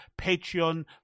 Patreon